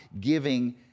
giving